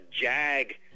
JAG